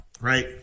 Right